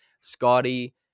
Scotty